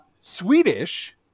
Swedish